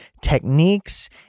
techniques